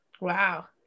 Wow